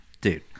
dude